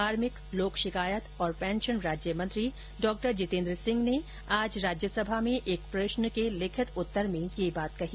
कार्भिक लोक शिकायत और पेंशन राज्यमंत्री डॉ जितेन्द्र सिंह ने आज राज्यसभा में एक प्रश्न के लिखित उत्तर में यह बात कही